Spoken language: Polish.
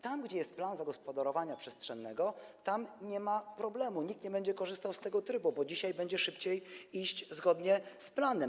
Tam, gdzie jest plan zagospodarowania przestrzennego, nie ma problemu, nikt nie będzie korzystał z tego trybu, bo dzisiaj będzie szybciej iść zgodnie z planem.